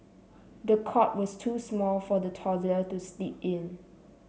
the cot was too small for the toddler to sleep in